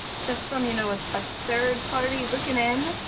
just from you know ah a third party looking in.